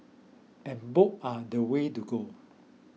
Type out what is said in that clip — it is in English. and books are the way to go